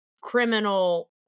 criminal